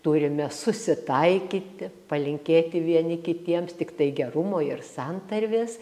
turime susitaikyti palinkėti vieni kitiems tiktai gerumo ir santarvės